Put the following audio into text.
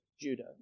Judah